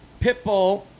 Pitbull